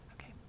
okay